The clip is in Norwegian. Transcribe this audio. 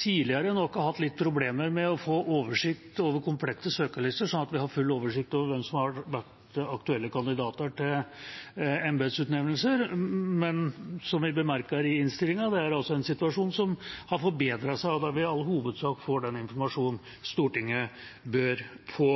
tidligere har hatt litt problemer med å få oversikt over komplekse søkerlister, sånn at vi har full oversikt over hvem som har vært aktuelle kandidater til embetsutnevnelser. Men som vi bemerker i innstillinga, er det en situasjon som har forbedret seg, da vi i all hovedsak får den informasjon Stortinget bør få.